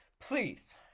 please